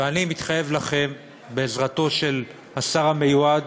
ואני מתחייב לכם, בעזרתו של השר המיועד,